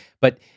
But-